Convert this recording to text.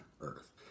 earth